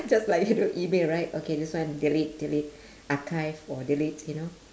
just like you know email right okay this one delete delete archive or delete you know